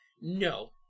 no